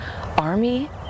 army